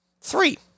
Three